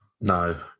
No